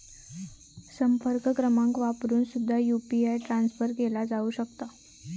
संपर्क क्रमांक वापरून सुद्धा यू.पी.आय ट्रान्सफर केला जाऊ शकता